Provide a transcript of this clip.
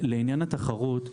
לעניין התחרות,